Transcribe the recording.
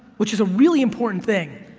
which is a really important thing,